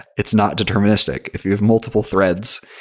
it's not deterministic. if you have multiple threads,